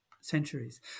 centuries